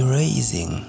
raising